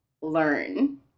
learn